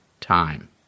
time